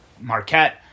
Marquette